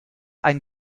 ein